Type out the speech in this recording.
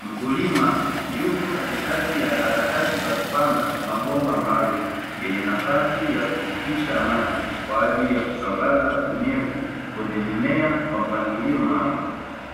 Mkulima yupo katikati ya harakati ya kupanga mabomba maalumu, yenye nafasi ya kupitisha maji kwa ajili ya kusambaza unyevu kwenye mimea kwa mpangilio maalumu.